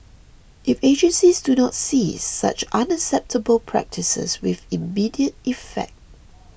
if agencies do not cease such unacceptable practices with immediate effect